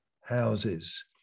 houses